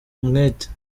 umwete